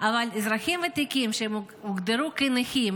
אזרחים ותיקים שהוגדרו כנכים,